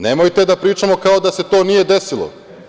Nemojte da pričamo kao da se to nije desilo.